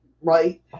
right